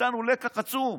מאיתנו לקח עצום,